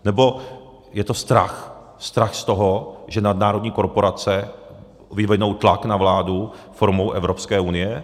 Nebo je to strach, strach z toho, že nadnárodní korporace vyvinou tlak na vládu formou Evropské unie?